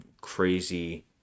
crazy